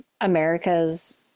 America's